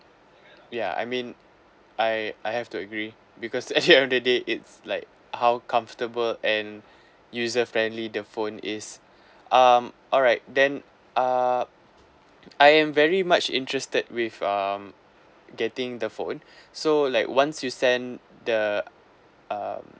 ya I mean I I have to agree because at the end of the day it's like how comfortable and user friendly the phone is um alright then uh I am very much interested with um getting the phone so like once you send the um